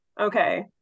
Okay